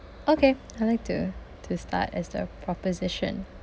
okay I'd like to to start as the proposition